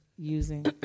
Using